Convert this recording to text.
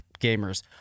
gamers